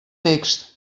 text